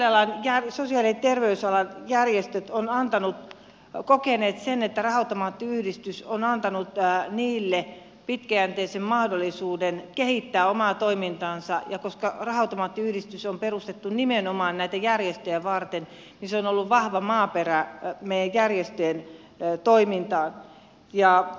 sosiaali ja terveysalan järjestöt ovat kokeneet että raha automaattiyhdistys on antanut niille pitkäjänteisen mahdollisuuden kehittää omaa toimintaa ja koska raha automaattiyhdistys on perustettu nimenomaan järjestöjä varten niin se on ollut vahva maaperä meidän järjestöjen toiminnalle